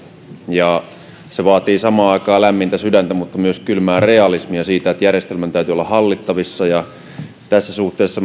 se vaatii samaan aikaan lämmintä sydäntä mutta myös kylmää realismia siitä että järjestelmän täytyy olla hallittavissa tässä suhteessa